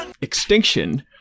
Extinction